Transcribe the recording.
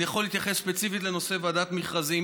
אני יכול להתייחס ספציפית לנושא ועדת מכרזים.